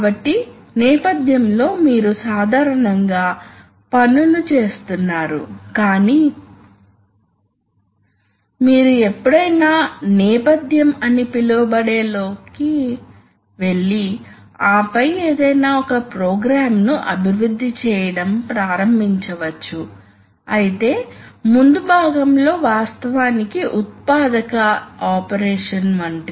కాబట్టి మేము ఇక్కడ ప్రెషర్ ని అప్లై చేయాలనుకుంటున్నాము అది మా తుది ఆబ్జెక్టివ్ మరియు ఈ రేఖ నుండి ప్రెజర్ వస్తుంది ఇప్పుడు ఇది three way two position DCV